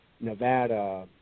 Nevada